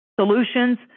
solutions